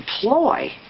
ploy